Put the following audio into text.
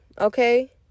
okay